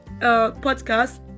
podcast